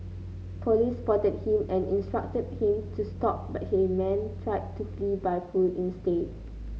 police spotted him and instructed him to stop but the man tried to flee by foot instead